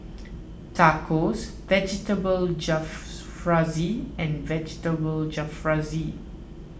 Tacos Vegetable and Vegetable Jalfrezi